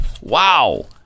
Wow